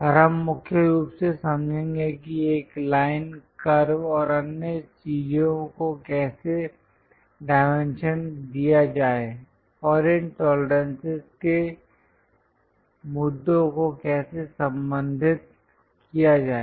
और हम मुख्य रूप से समझेंगे कि एक लाइन कर्व और अन्य चीजों को कैसे डायमेंशन दिया जाए और इन टोलरेंसस के मुद्दों को कैसे संबोधित किया जाए